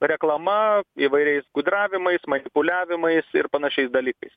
reklama įvairiais gudravimais manipuliavimais ir panašiais dalykais